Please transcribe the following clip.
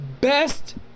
best